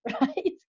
right